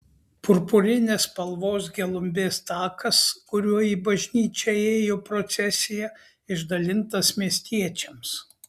purpurinės spalvos gelumbės takas kuriuo į bažnyčią ėjo procesija išdalintas miestiečiams